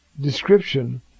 description